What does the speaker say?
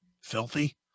filthy